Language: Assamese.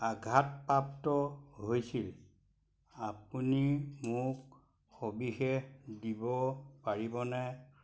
আঘাতপ্ৰাপ্ত হৈছিল আপুনি মোক সবিশেষ দিব পাৰিবনে